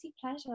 pleasure